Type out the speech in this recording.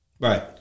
Right